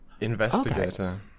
Investigator